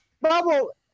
Bubble